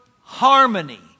harmony